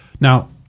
Now